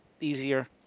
easier